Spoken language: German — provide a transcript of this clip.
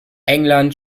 england